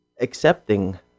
accepting